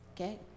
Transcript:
Okay